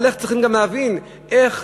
אבל צריך גם להבין איך